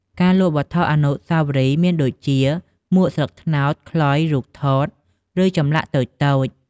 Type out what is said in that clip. ការលក់វត្ថុអនុស្សាវរីយ៍មានដូចជា មួកស្លឹកត្នោត ខ្លុយ រូបថត ឬចម្លាក់តូចៗ។